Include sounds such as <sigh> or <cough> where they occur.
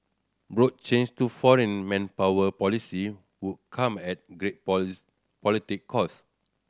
broad change to foreign manpower policy would come at great <unintelligible> political cost